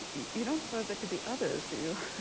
you don't suppose there could be others, do you?